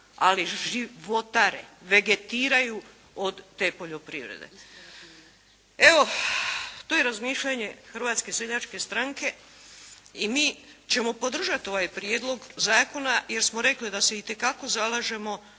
ali životare, vegetiraju od te poljoprivrede. Evo, to je razmišljanje Hrvatske seljačke stranke. I mi ćemo podržat ovaj prijedlog zakona jer smo rekli da se itekako zalažemo